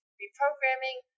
reprogramming